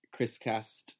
Crispcast